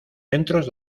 centros